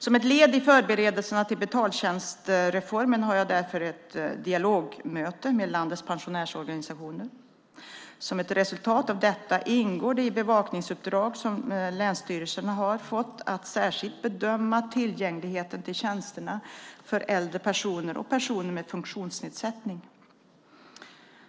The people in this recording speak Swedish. Som ett led i förberedelserna för betaltjänstreformen hade jag därför ett dialogmöte med landets pensionärsorganisationer. Som ett resultat av detta ingår i det bevakningsuppdrag som länsstyrelserna har fått att särskilt bedöma tillgängligheten till tjänsterna för äldre personer och personer med funktionsnedsättning.